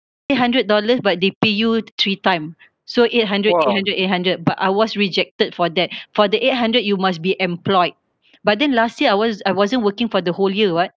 eight hundred dollars but they pay you three time so eight hundred eight hundred eight hundred but I was rejected for that for the eight hundred you must be employed but then last year I was I wasn't working for the whole year [what]